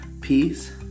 peace